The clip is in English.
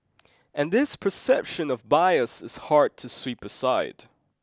and this perception of bias is hard to sweep aside